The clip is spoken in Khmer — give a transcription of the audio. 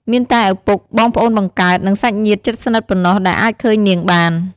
មានតែឪពុក បងប្អូនបង្កើត និងសាច់ញាតិជិតស្និទ្ធប៉ុណ្ណោះដែលអាចឃើញនាងបាន។